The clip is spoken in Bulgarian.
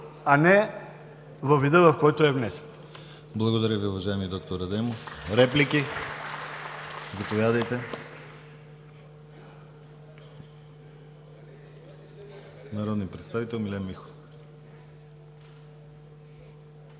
а не във вида, в който е внесен.